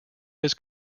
his